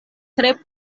tre